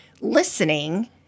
listening